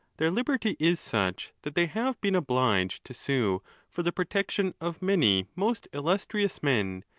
their liberty is such that they have been obliged to sue for the protection of many most illustrious men,